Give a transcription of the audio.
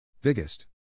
Biggest